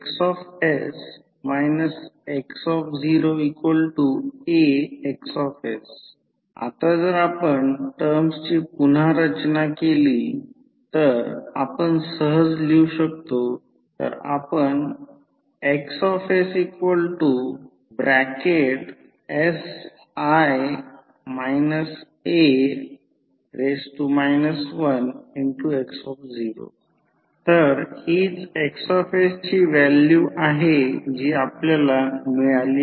sXs x0AXs आता जर आपण टर्म्सची पुन्हा रचना केली तर आपण सहज लिहू शकतो तर आपणास XssI A 1x0 तर हीच Xsची व्हॅल्यू आहे जी आपल्याला मिळालेली आहे